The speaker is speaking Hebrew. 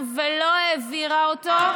ולא העבירה אותו.